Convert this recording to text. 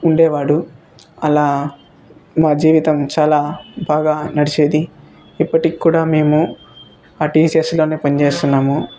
ఉండేవాడు అలా మా జీవితం చాలా బాగా నడిచేది ఇప్పటికీ కూడా మేము ఆ టీసీఎస్లోనే పని చేస్తున్నాము